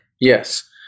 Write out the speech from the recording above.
Yes